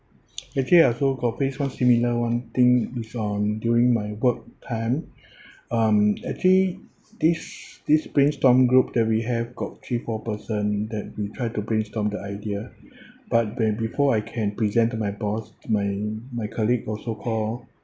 actually I also got face one similar one thing is on during my work time um actually this this brainstorm group that we have got three four person that we try to brainstorm the idea but be~ before I can present to my boss my my colleague or so-called